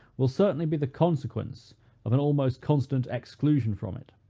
will certainly be the consequence of an almost constant exclusion from it.